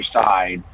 side